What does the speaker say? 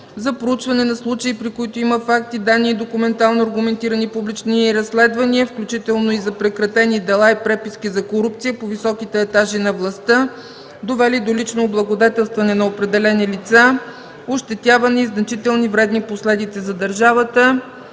за проучване на случаи, при които има факти, данни и документално аргументирани публични разследвания, включително и за прекратени дела и преписки за корупция по високите етажи на властта, довели до лично облагодетелстване на определени лица, ощетяване и значителни вредни последици за държавата